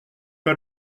pas